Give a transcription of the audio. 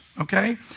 okay